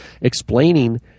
explaining